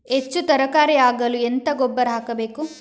ಹೆಚ್ಚು ತರಕಾರಿ ಆಗಲು ಎಂತ ಗೊಬ್ಬರ ಹಾಕಬೇಕು?